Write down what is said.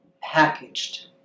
packaged